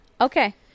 okay